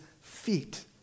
feet